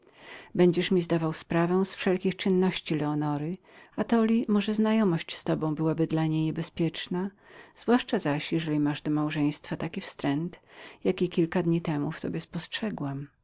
będziesz mi zdawał sprawę z wszelkich czynności eleonory atoli może twoja znajomość byłaby dla niej niebezpieczną zwłaszcza zaś jeżeli masz do małżeństwa ten wstręt jaki kilka dni temu w tobie spostrzegłam